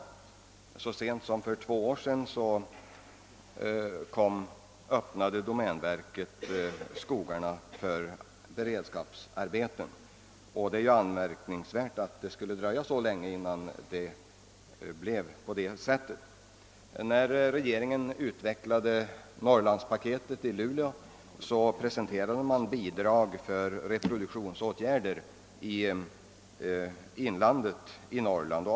Först så sent som för två år sedan öppnade domänverket sina skogar för beredskapsarbeten. Det är anmärkningsvärt att det har dröjt så länge innan detta skedde. När regeringen lade fram det s.k. Norrlandspaketet i Luleå för någon tid sedan, presenterades bidrag till reproduktionsåtgärder i Norrlands inland.